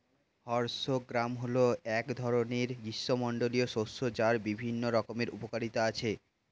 horse gram হল এক ধরনের গ্রীষ্মমণ্ডলীয় শস্য যার বিভিন্ন রকমের উপকারিতা আছে